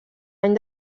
any